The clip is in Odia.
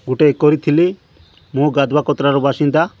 ଗୋଟେ କରିଥିଲି ମୁଁ ଗାଧବାକତ୍ରାର ବାସିନ୍ଦା